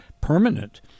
permanent